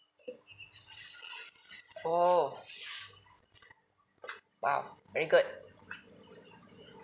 oh !wow! very good